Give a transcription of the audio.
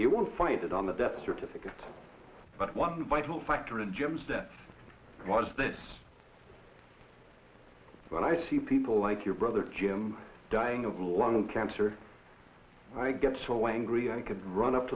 you won't find it on the death certificate but one vital factor in jim's that was that when i see people like your brother jim dying of lung cancer i get so angry i could run up